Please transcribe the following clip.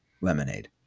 lemonade